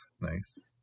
Nice